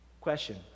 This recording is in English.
Question